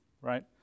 right